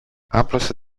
άπλωσε